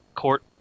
court